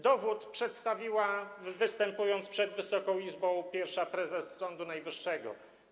Dowód przedstawiła, występując przed Wysoką Izbą, pierwsza prezes Sądu Najwyższego.